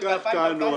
אחר כך תענו.